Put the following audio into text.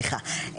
כן, סליחה.